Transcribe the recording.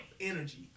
energy